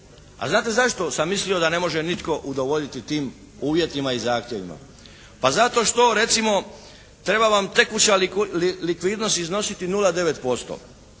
A znate zašto sam mislio da ne može nitko udovoljiti tim uvjetima i zahtjevima? Pa zato što recimo treba vam tekuća likvidnost iznositi 0,9%,